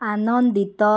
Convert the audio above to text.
ଆନନ୍ଦିତ